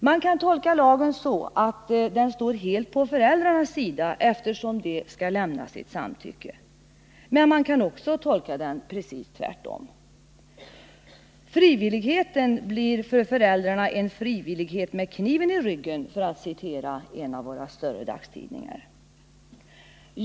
Man kan tolka lagen så att den helt står på föräldrarnas sida — eftersom de skall lämna sitt samtycke — men den kan också tolkas precis tvärtom. Frivilligheten blir för föräldrarna ”en frivillighet med kniven i ryggen”, för att citera en av våra större dagstidningar.